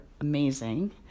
amazing